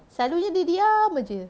selalunya dia diam aje